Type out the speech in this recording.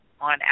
on